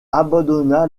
abandonna